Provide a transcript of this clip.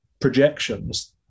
projections